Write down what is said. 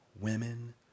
women